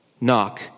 Knock